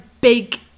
big